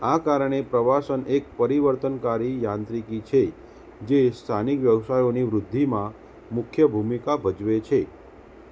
આ કારણે પ્રવાસન એક પરિવર્તનકારી યાંત્રિકી છે જે સ્થાનિક વ્યવસાયોની વૃદ્ધિમાં મુખ્ય ભૂમિકા ભજવે છે